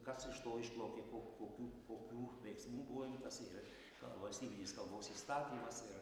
kas iš to iš to išplaukė po kokių kokių veiksmų buvo imtasi ir valstybinės kalbos įstatymas ir